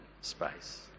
space